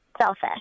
selfish